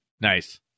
nice